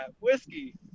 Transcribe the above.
Whiskey